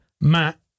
Matt